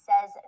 says